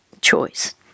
choice